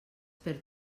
per